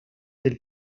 del